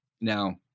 Now